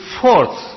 fourth